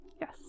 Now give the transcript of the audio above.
Yes